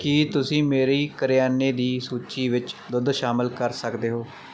ਕੀ ਤੁਸੀਂ ਮੇਰੀ ਕਰਿਆਨੇ ਦੀ ਸੂਚੀ ਵਿੱਚ ਦੁੱਧ ਸ਼ਾਮਲ ਕਰ ਸਕਦੇ ਹੋ